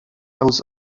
aus